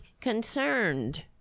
concerned